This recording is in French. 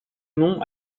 nom